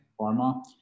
pharma